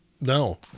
no